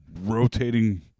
rotating